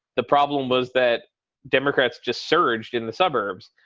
the problem was that democrats just surged in the suburbs.